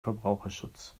verbraucherschutz